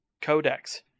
Codex